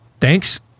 thanks